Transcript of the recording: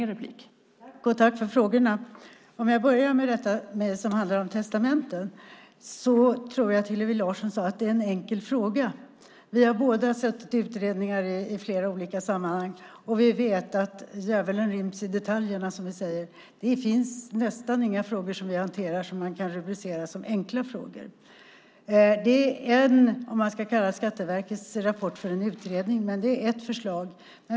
Fru talman! Tack, Hillevi Larsson, för frågorna! Om jag börjar med testamenten tror jag att Hillevi Larsson sade att det är en enkel fråga. Vi har båda suttit i utredningar i flera olika sammanhang, och vi vet att djävulen ryms i detaljerna, som vi säger. Det finns nästan inga frågor vi hanterar som kan rubriceras som enkla frågor. Jag vet inte om man ska kalla Skatteverkets rapport för en utredning, men det är ett förslag.